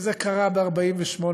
וזה קרה ב-48',